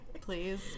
please